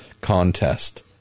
contest